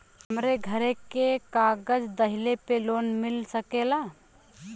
हमरे घरे के कागज दहिले पे लोन मिल सकेला?